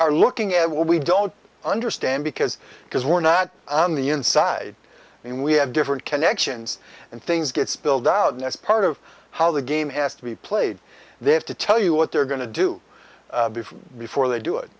our looking at what we don't understand because because we're not on the inside and we have different connections and things get spilled out and that's part of how the game has to be played they have to tell you what they're going to do before they do it